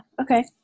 Okay